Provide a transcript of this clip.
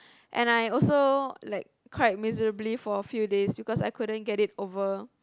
and I also like cried miserably for a few days because I couldn't get it over